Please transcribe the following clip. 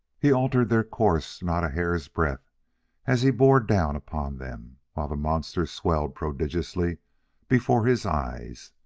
he altered their course not a hair's breadth as he bore down upon them, while the monsters swelled prodigiously before his eyes.